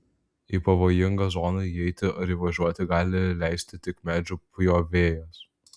į pavojingą zoną įeiti ar įvažiuoti gali leisti tik medžių pjovėjas